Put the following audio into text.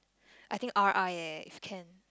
I think r_i eh if can